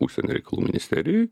užsienio reikalų ministerijoj